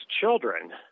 children